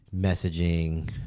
messaging